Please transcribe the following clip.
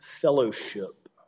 fellowship